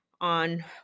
on